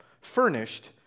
furnished